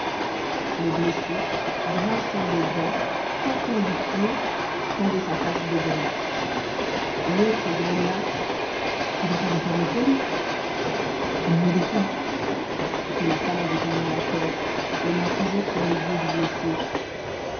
le blessé grinçant des dents tapant du pied tendait sa face de brute l'autre grogna tu vas pas défaire mon colis non mais des fois fit la femme en détournant la tête les mains toujours sur les yeux du blessé